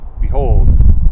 behold